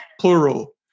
plural